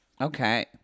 Okay